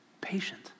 Patient